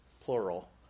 plural